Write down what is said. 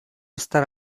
estar